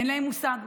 אין להם מושג.